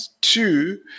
two